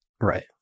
Right